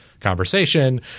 conversation